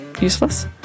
useless